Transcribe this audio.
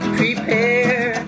prepare